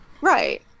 Right